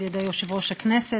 על-ידי יושב-ראש הכנסת,